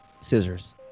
Scissors